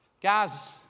Guys